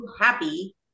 happy